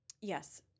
Yes